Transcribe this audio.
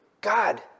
God